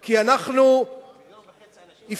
כי אנחנו הפקרנו,